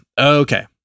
Okay